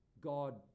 God